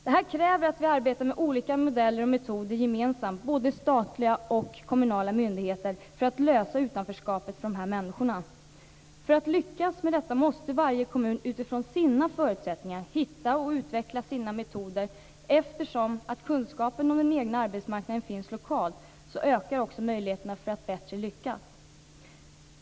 Detta kräver att både statliga och kommunala myndigheter arbetar gemensamt med olika modeller och metoder för att lösa problemet med utanförskapet för dessa människor. För att lyckas med detta måste varje kommun utifrån sina förutsättningar hitta och utveckla sina metoder. Kunskapen om den egna arbetsmarknaden finns lokalt, och då ökar också möjligheterna att lyckas.